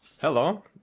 Hello